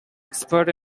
expert